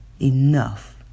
enough